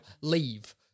Leave